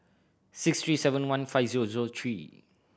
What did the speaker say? six three seven one five zero zero three